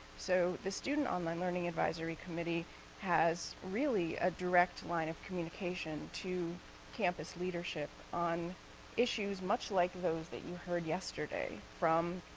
so the student online learning advisory committee has really a direct line of communication to campus leadership on issues much like those that you heard yesterday.